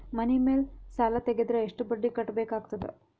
ಮನಿ ಮೇಲ್ ಸಾಲ ತೆಗೆದರ ಎಷ್ಟ ಬಡ್ಡಿ ಕಟ್ಟಬೇಕಾಗತದ?